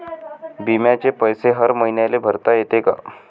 बिम्याचे पैसे हर मईन्याले भरता येते का?